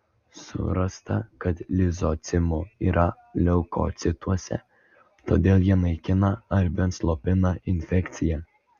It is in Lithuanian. surasta kad lizocimo yra leukocituose todėl jie naikina ar bent slopina infekciją